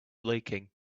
leaking